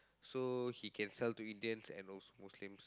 so he can sell to Indians and also Muslim